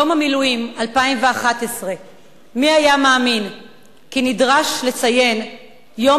יום המילואים 2011. מי היה מאמין שנידרש לציין יום